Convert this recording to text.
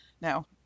Now